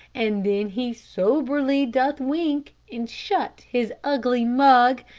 and then he soberly doth wink, and shut his ugly mug,